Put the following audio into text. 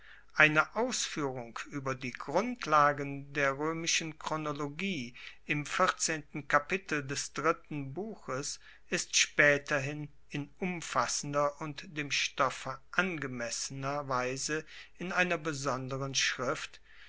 eine ausfuehrung ueber die grundlagen der roemischen chronologie im vierzehnten kapitel des dritten buches ist spaeterhin in umfassender und dem stoffe angemessener weise in einer besonderen schrift